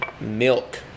milk